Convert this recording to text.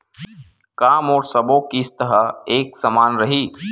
का मोर सबो किस्त ह एक समान रहि?